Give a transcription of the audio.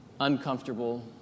uncomfortable